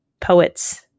Poets